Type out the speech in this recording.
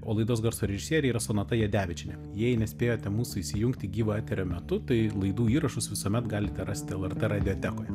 o laidos garso režisierė yra sonata jadevičienė jei nespėjote mūsų įsijungti gyvo eterio metu tai laidų įrašus visuomet galite rasti lrt radiotekoje